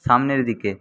সামনের দিকে